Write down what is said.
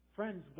Friends